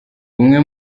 umwe